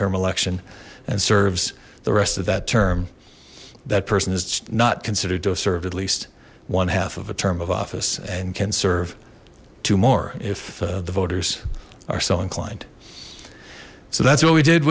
term election and serves the rest of that term that person is not considered to serve at least one half of a term of office and can serve two more if the voters are so inclined so that's what we did